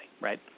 right